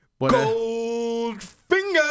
Goldfinger